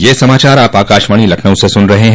ब्रे क यह समाचार आप आकाशवाणी लखनऊ से सुन रहे हैं